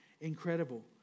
incredible